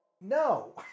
no